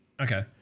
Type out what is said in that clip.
okay